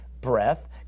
breath